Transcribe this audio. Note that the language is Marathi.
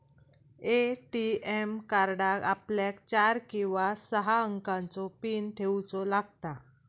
ए.टी.एम कार्डाक आपल्याक चार किंवा सहा अंकाचो पीन ठेऊचो लागता